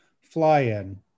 Fly-In